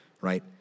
right